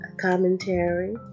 commentary